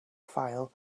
file